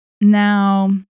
Now